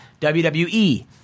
WWE